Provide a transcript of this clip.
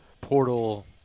portal